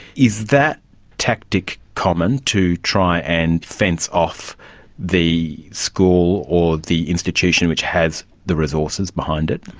is that tactic common, to try and fence off the school or the institution which has the resources behind it?